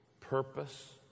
purpose